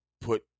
put